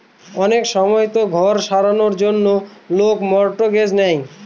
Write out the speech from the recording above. অনেক সময়তো ঘর সারানোর জন্য লোক মর্টগেজ নেয়